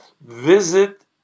visit